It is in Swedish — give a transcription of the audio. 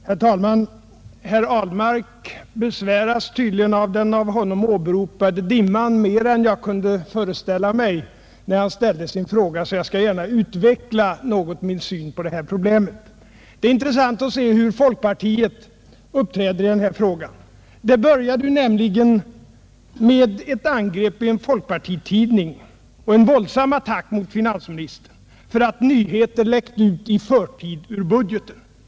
Herr talman! Herr Ahlmark besväras tydligen av den av honom åberopade dimman mera än jag kunde föreställa mig när han ställde sin fråga, så jag skall gärna något utveckla min syn på detta problem. Det är intressant att se hur folkpartiet uppträder i denna fråga. Det började nämligen med ett angrepp i en folkpartitidning och en våldsam attack mot finansministern för att nyheter läckt ut i förtid ur budgeten.